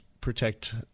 protect